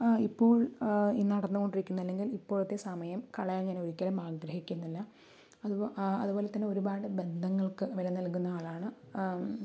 ഇപ്പോൾ ഈ നടന്നുകൊണ്ടിരിക്കുന്ന അല്ലെങ്കിൽ ഇപ്പോഴത്തെ സമയം കളയാൻ ഞാൻ ഒരിക്കലും ആഗ്രഹിക്കുന്നില്ല അതുപോലെ തന്നെ ഒരുപാട് ബന്ധങ്ങൾക്ക് വില നൽകുന്ന ആളാണ്